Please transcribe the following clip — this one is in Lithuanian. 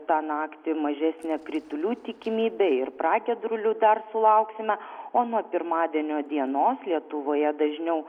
tą naktį mažesnė kritulių tikimybė ir pragiedrulių dar sulauksime o nuo pirmadienio dienos lietuvoje dažniau